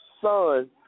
son